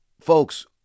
folks